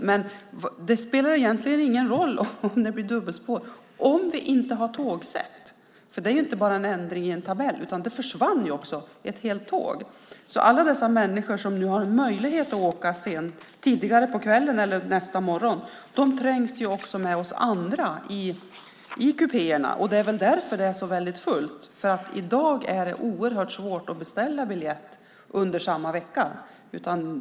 Men det spelar egentligen ingen roll om det blir dubbelspår om vi inte har tågsätt. Det är inte bara en ändring i en tabell. Det försvann också ett helt tåg. Alla de människor som har möjlighet att åka tidigare på kvällen eller nästa morgon trängs med oss andra i kupéerna. Det är väl därför som det är så fullt. I dag är det nämligen oerhört svårt att beställa biljett samma vecka som man ska åka.